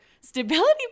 stability